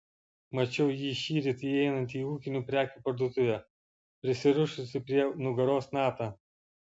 mačiau jį šįryt įeinantį į ūkinių prekių parduotuvę prisirišusį prie nugaros natą